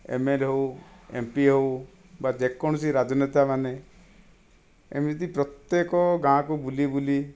MLA ହେଉ MP ହେଉ ବା ଯେକୌଣସି ରାଜନେତାମାନେ ଏମିତି ପ୍ରତ୍ୟେକ ଗାଁକୁ ବୁଲି ବୁଲି